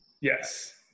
Yes